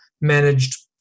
managed